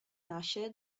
nascere